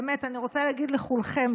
באמת אני רוצה להגיד לכולכם,